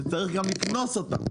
שצריך גם לקנוס אותם.